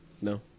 No